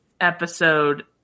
episode